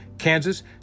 Kansas